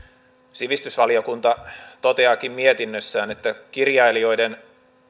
sivistysvaliokunta toteaakin mietinnössään että kirjailijoiden